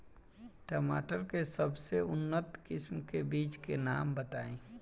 टमाटर के सबसे उन्नत किस्म के बिज के नाम बताई?